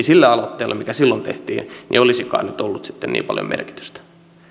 sillä aloitteella mikä silloin tehtiin olisikaan nyt ollut sitten niin paljon merkitystä